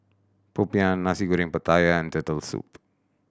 popiah Nasi Goreng Pattaya and Turtle Soup